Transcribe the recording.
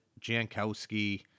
Jankowski